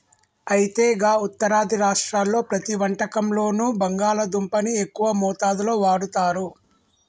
అయితే గా ఉత్తరాది రాష్ట్రాల్లో ప్రతి వంటకంలోనూ బంగాళాదుంపని ఎక్కువ మోతాదులో వాడుతారు